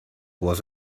was